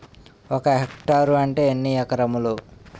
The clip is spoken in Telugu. ఒక హెక్టార్ అంటే ఎన్ని ఏకరములు?